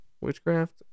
witchcraft